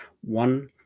one